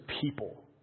people